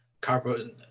carbon